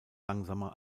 langsamer